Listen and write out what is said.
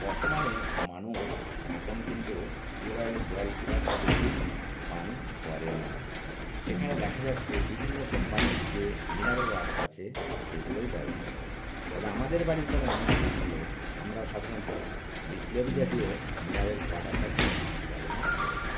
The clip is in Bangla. বর্তমানে মানুষ এখন কিন্তু টিউবওয়েলের জল খুব একটা বেশি পান করে না সেখানে দেখা যাচ্ছে বিভিন্ন কোম্পানির যে মিনারেল ওয়াটার আছে সেগুলোই ব্যবহার করে তবে আমাদের বাড়ির কোনো অনুষ্ঠান হলে আমরা সাধারণত বিসলেরি জাতীয় মিনারেল ওয়াটারটাকে ব্যবহার করে থাকি